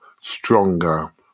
stronger